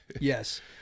yes